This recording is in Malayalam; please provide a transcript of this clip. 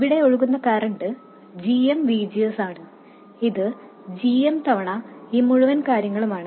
ഇവിടെ ഒഴുകുന്ന കറൻറ് gmVGS ആണ് അത് gm തവണ ഈ മുഴുവൻ കാര്യങ്ങളുമാണ്